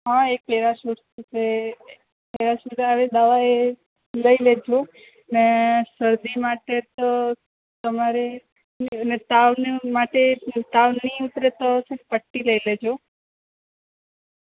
હ એક પેરાસુટ છે પેરાસુટ આવે છે દવા એ લઈ લેજો ને શરદી માટે તો તમારે અને તાવને માટે તાવ નહીં ઉતરેતો છે પટ્ટી લઈ લેજો